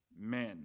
men